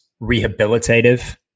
rehabilitative